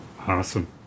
Awesome